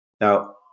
Now